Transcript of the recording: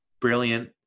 brilliant